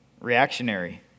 reactionary